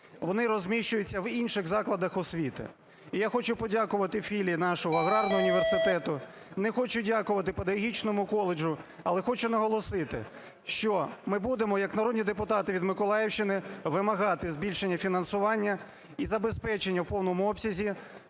вони розміщуються в інших закладах освіти. І я хочу подякувати філії нашого аграрного університету, не хочу дякувати педагогічному коледжу, але хочу наголосити, що ми будемо як народні депутати від Миколаївщини вимагати збільшення фінансування і забезпечення у повному обсязі